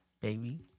baby